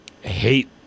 hate